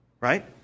Right